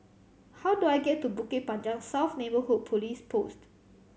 how do I get to Bukit Panjang South Neighbourhood Police Post